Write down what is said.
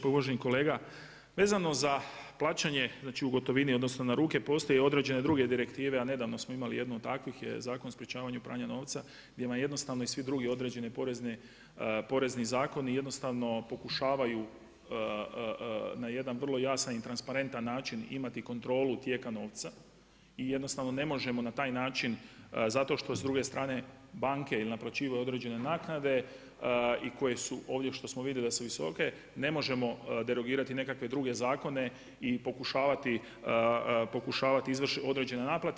Pa uvaženi kolega, vezano za plaćanje, znači u gotovini, odnosno na ruke postoje i određene druge direktive a nedavno smo imali jednu od takvih je Zakon o sprječavanju pranja novca gdje vam jednostavno i svi drugi određeni porezni zakoni jednostavno pokušavaju na jedan vrlo jasan i transparentan način imati kontrolu tijeka novca i jednostavno ne možemo na taj način zato što s druge strane banke ili naplaćuju određene naknade i koje su ovdje što smo vidjeli da su visoke, ne možemo derogirati nekakve druge zakone i pokušavati izvršiti određene naplate.